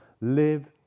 Live